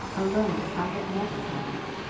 alone i had never done it.